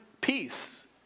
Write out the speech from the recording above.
peace